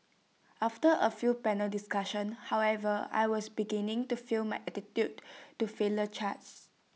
after A few panel discussions however I was beginning to feel my attitude to failure charge